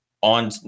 on